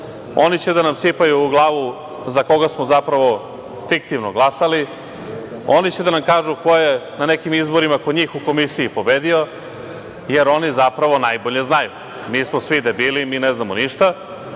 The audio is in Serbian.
Oni će da nam sipaju u glavu za koga smo zapravo fiktivno glasali. Oni će da nam kažu ko je na nekim izborima kod njih u komisiji pobedio, jer oni zapravo najbolje znaju. Mi smo svi debili i mi ne znamo ništa.